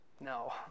No